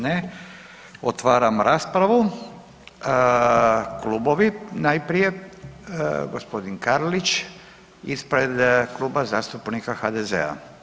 Ne, otvaram raspravu, klubovi najprije, gospodin Karlić ispred Kluba zastupnika HDZ-a.